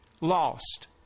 lost